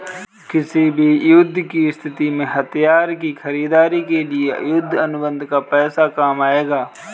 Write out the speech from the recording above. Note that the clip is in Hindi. किसी भी युद्ध की स्थिति में हथियार की खरीदारी के लिए युद्ध अनुबंध का पैसा काम आएगा